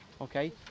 Okay